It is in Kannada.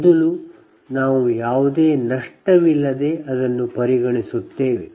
ಮೊದಲು ನಾವು ನಷ್ಟವಿಲ್ಲದೇ ಪರಿಹರಿಸುತ್ತೇವೆ